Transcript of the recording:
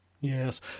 Yes